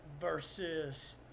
versus